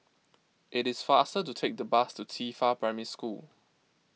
it is faster to take the bus to Qifa Primary School